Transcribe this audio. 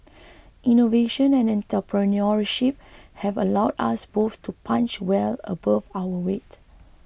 innovation and entrepreneurship have allowed us both to punch well above our weight